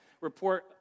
report